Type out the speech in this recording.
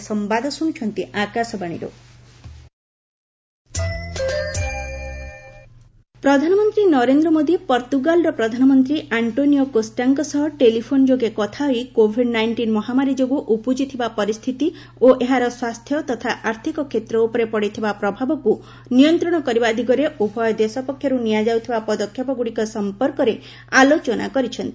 PM Modi Portuguese PM ପ୍ରଧାନମନ୍ତ୍ରୀ ନରେନ୍ଦ୍ର ମୋଦୀ ପର୍ତ୍ତୁଗାଲ୍ର ପ୍ରଧାନମନ୍ତ୍ରୀ ଆଣ୍ଟ୍ରୋନିଓ କୋଷ୍ଟାଙ୍କ ସହ ଟେଲିଫୋନ୍ ଯୋଗେ କଥା ହୋଇ କୋଭିଡ ନାଇଷ୍ଟିନ୍ ମହାମାରୀ ଯୋଗୁଁ ଉପୁଜିଥିବା ପରିସ୍ଥିତି ଓ ଏହାର ସ୍ୱାସ୍ଥ୍ୟ ତଥା ଆର୍ଥିକକ୍ଷେତ୍ର ଉପରେ ପଡ଼ିଥିବା ପ୍ରଭାବକୁ ନିୟନ୍ତ୍ରଣ କରିବା ଦିଗରେ ଉଭୟ ଦେଶ ପକ୍ଷରୁ ନିଆଯାଉଥିବା ପଦକ୍ଷେପଗୁଡ଼ିକ ସଂପର୍କରେ ଆଲୋଚନା କରିଛନ୍ତି